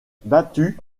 battus